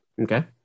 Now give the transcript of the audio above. Okay